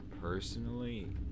personally